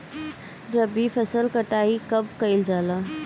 रबी फसल मे कटाई कब कइल जाला?